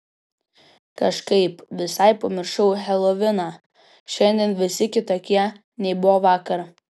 kažkaip visai pamiršau heloviną šiandien visi kitokie nei buvo vakar